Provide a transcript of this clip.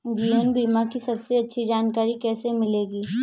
जीवन बीमा की सबसे अच्छी जानकारी कैसे मिलेगी?